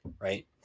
right